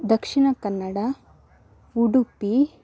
Dakshina Kannada Udupi